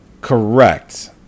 Correct